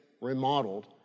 remodeled